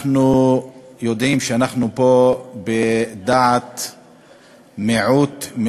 אנחנו יודעים שאנחנו פה בדעת מיעוט,